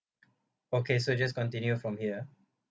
okay so just continue from here